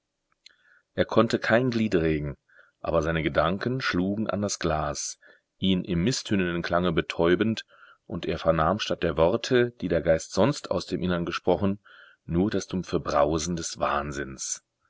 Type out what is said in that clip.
er konnte kein glied regen aber seine gedanken schlugen an das glas ihn im mißtönenden klange betäubend und er vernahm statt der worte die der geist sonst aus dem innern gesprochen nur das dumpfe brausen des wahnsinns